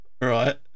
right